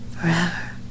Forever